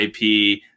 ip